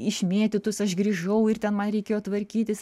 išmėtytus aš grįžau ir ten man reikėjo tvarkytis